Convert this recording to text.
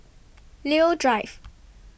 Leo Drive